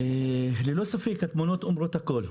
ללא ספק, התמונות אומרות הכול,